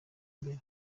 imbere